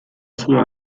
früher